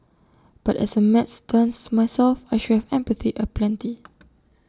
but as A maths dunce myself I should have empathy aplenty